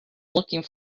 looking